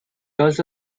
also